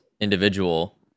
individual